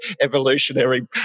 evolutionary